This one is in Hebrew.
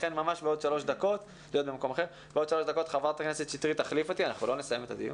לכן בעוד שלוש דקות ח"כ שטרית תחליף אותי ותסכם.